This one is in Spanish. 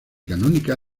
canónica